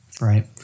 right